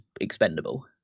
expendable